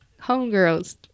homegirls